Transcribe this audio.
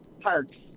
parks